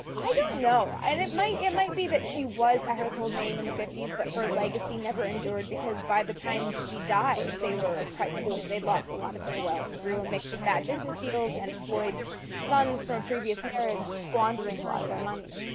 i don't know. i mean it might it might be that she was a household name in the fifty s but her legacy never endured because by the time she died, they were quite poor. they'd lost a lot of their wealth through a mix of bad business deals and floyd's sons from a previous marriage squandering a lot of their money.